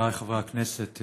חבריי חברי הכנסת,